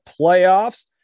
playoffs